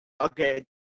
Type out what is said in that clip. Okay